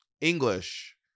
English